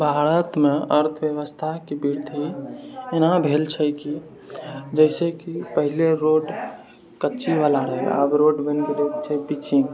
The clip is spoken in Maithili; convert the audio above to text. भारतमे अर्थव्यवस्थाके वृद्धि एना भेल छै कि जैसेकि पहिले रोड कच्चीवाला रहै आब रोड बनि गेल छै पिचिङ्ग